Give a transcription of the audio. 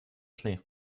schnee